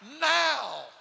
now